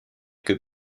que